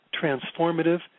transformative